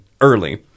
early